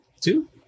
Two